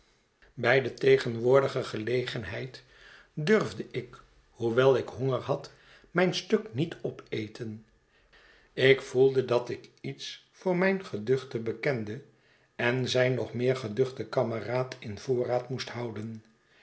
bij de tegenwoordige gelegenheid durfde ik hoewel ik honger had mijn stuk niet opeten ik voelde dat ik iets voor mijn geduchten bekende en zijn nog meer geduchten kameraad in voorraad moest houden